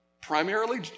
primarily